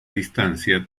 distancia